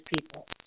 people